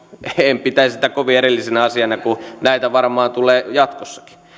en pitäisi sitä kovin erillisenä asiana kun näitä varmaan tulee jatkossakin